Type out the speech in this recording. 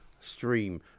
stream